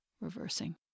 reversing